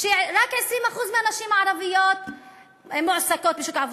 שרק 20% מהנשים הערביות מועסקות בשוק העבודה,